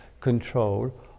control